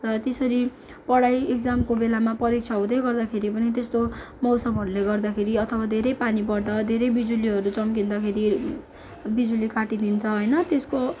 र त्यसरी पढाई एक्जामको बेलामा परीक्षा हुदैँ गर्दाखेरि पनि त्यस्तो मौसमहरूले गर्दाखेरि अथवा धेरै पानी पर्दा धेरै बिजुलीहरू चमकिँदाखेरि बिजुली काटीदिन्छ होइन त्यसको